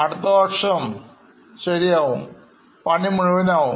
അടുത്തവർഷം റെഡിയാകും